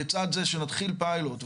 לצד זה שנתחיל פיילוט,